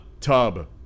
tub